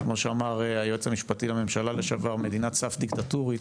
כמו שאמר היועץ המשפטי לממשלה לשעבר מדינת סף דיקטטורית.